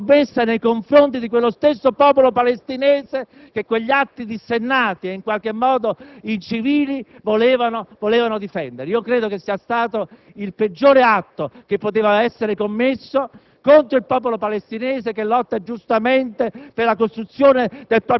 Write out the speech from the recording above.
la peggiore iniziativa, la più grave e peggiore iniziativa che è stata presa nei confronti di quello stesso popolo palestinese che quegli atti dissennati e in qualche modo incivili volevano difendere. Io credo che sia stato il peggiore atto che poteva essere commesso